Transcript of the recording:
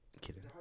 kidding